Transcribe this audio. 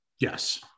Yes